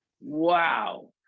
Wow